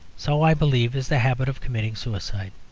so, i believe, is the habit of committing suicide.